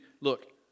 look